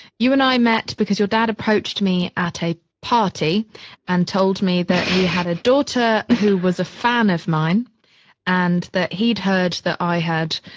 you and i met because your dad approached me at a party and told me that he had a daughter who was a fan of mine and that he'd heard that i had,